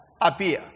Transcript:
appear